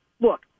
look